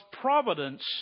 providence